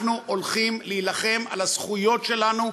אנחנו הולכים להילחם על הזכויות שלנו,